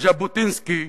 ז'בוטינסקי,